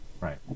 right